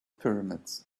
pyramids